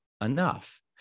enough